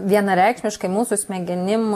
vienareikšmiškai mūsų smegenim